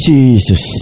Jesus